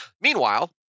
Meanwhile